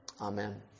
amen